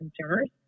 consumers